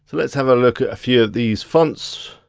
so let's have a look at a few of these fonts.